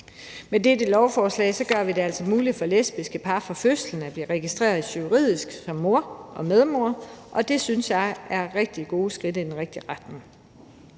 Med dette lovforslag gør vi det altså muligt for lesbiske par fra fødslen at blive registreret juridisk som mor og medmor, og det synes jeg er rigtig gode skridt i den rigtige retning.